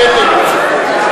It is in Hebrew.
לא מסכים,